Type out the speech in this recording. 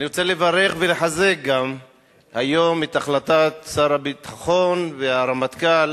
אני רוצה לברך ולחזק גם את החלטת שר הביטחון והרמטכ"ל